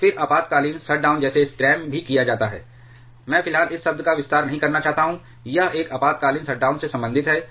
और फिर आपातकालीन शटडाउन जिसे स्क्रैम भी कहा जाता है मैं फिलहाल इस शब्द का विस्तार नहीं करना चाहता हूं यह एक आपातकालीन शटडाउन से संबंधित है